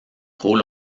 trop